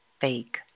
fake